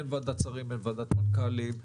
אין ועדת שרים, אין ועדת מנכ"לים.